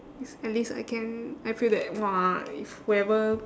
least at least I can I feel that !wah! if whoever